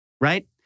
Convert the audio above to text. right